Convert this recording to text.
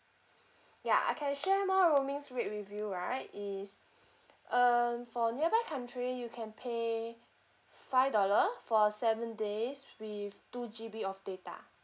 yeah I can share more roamings rate with you right it's um for nearby country you can pay five dollar for seven days with two G_B of data